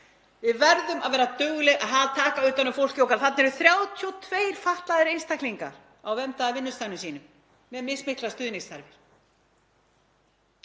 Við verðum að vera dugleg að taka utan um fólkið okkar. Þarna eru 32 fatlaðir einstaklingar á verndaða vinnustaðnum sínum með mismiklar stuðningsþarfir.